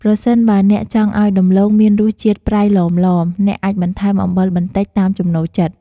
ប្រសិនបើអ្នកចង់ឱ្យដំឡូងមានរសជាតិប្រៃឡមៗ អ្នកអាចបន្ថែមអំបិលបន្តិច តាមចំណូលចិត្ត។